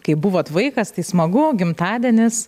kaip buvot vaikas tai smagu gimtadienis